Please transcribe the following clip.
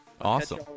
Awesome